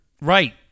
Right